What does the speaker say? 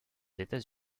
états